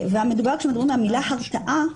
לגבי המילה הרתעה,